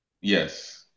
Yes